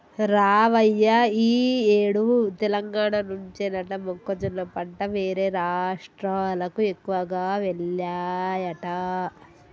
రావయ్య ఈ ఏడు తెలంగాణ నుంచేనట మొక్కజొన్న పంట వేరే రాష్ట్రాలకు ఎక్కువగా వెల్లాయట